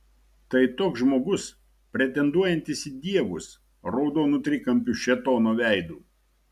tai toks žmogus pretenduojantis į dievus raudonu trikampiu šėtono veidu